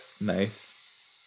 nice